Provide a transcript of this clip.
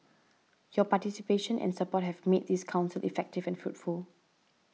your participation and support have made this Council effective and fruitful